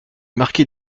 marquer